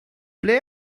ble